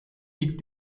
ilk